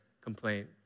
complaint